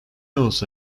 olsa